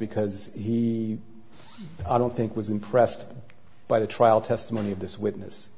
because he i don't think was impressed by the trial testimony of this witness